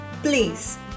Please